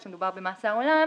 כשמדובר במאסר עולם,